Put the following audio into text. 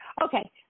Okay